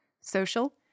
social